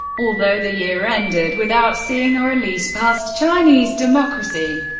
although the year ended without seeing a release past chinese democracy.